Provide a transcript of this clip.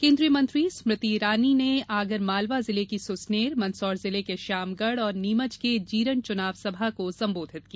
केन्द्रीय मंत्री स्मृति ईरानी नें आगर मालवा जिले की सुसनेर मंदसौर जिले के श्यामगढ और नीमच के जीरण चुनाव सभा को संबोधित किया